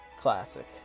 Classic